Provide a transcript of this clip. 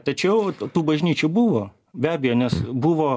tačiau tų bažnyčių buvo be abejo nes buvo